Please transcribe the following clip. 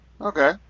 Okay